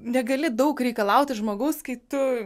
negali daug reikalauti žmogaus kai tu